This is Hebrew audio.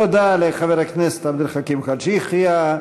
תודה לחבר הכנסת עבד אל חכים חאג' יחיא.